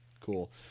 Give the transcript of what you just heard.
cool